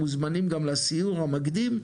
מוזמנים גם לסיור המקדים,